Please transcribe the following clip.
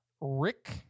Rick